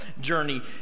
journey